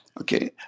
Okay